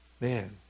Man